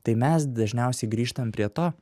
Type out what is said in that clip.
tai mes dažniausiai grįžtam prie to